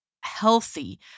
healthy